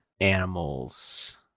Animals